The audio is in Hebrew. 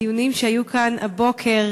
הדיונים שהיו כאן הבוקר,